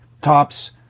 Tops